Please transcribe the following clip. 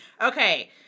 Okay